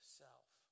self